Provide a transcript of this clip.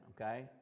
okay